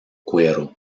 cuero